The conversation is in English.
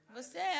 Você